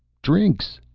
drinks!